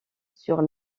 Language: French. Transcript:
sur